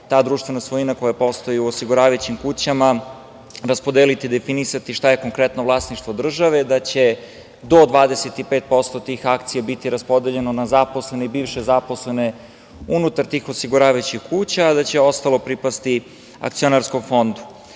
ta društvena svojina koja postoji u osiguravajućim kućama raspodeliti i definisati šta je konkretno vlasništvo države, da će do 25% tih akcija biti raspodeljeno na zaposlene i bivše zaposlene unutar tih osiguravajućih kuća, a da će ostalo pripasti akcionarskom fondu. Ono